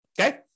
okay